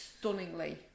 stunningly